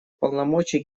полномочий